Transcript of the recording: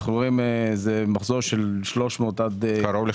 זה מחזור של 300 אלף.